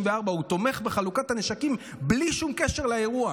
הוא תומך בחלוקת הנשקים בלי שום קשר לאירוע.